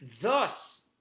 Thus